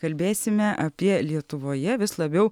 kalbėsime apie lietuvoje vis labiau